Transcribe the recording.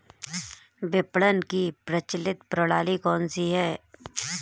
विपणन की प्रचलित प्रणाली कौनसी है?